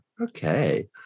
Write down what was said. okay